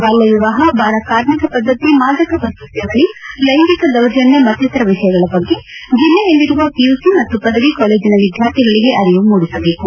ಬಾಲ್ತ ವಿವಾಹ ಬಾಲಕಾರ್ಮಿಕ ಪದ್ದತಿ ಮಾದಕ ವಸ್ತು ಸೇವನೆ ಲೈಗಿಂಕ ದೌರ್ಜನ್ಯ ಮತ್ತಿತರ ವಿಷಯಗಳ ಬಗ್ಗೆ ಜಿಲ್ಲೆಯಲ್ಲಿರುವ ಪಿಯುಸಿ ಮತ್ತು ಪದವಿ ಕಾಲೇಜಿನ ವಿದ್ಯಾರ್ಥಿಗಳಿಗೆ ಅರಿವು ಮೂಡಿಸಬೇಕು